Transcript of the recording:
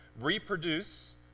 reproduce